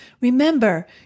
Remember